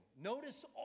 Notice